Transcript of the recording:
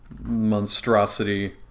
monstrosity